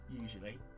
usually